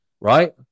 right